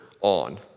on